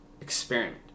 experiment